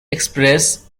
express